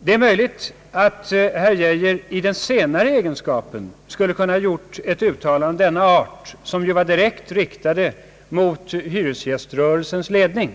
Det är möjligt att herr Geijer i den senare egenskapen skulle kunnat göra ett uttalande av det slag han nu gjort, som dock var direkt riktat mot hyresgäströrelsens ledning.